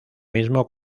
mismo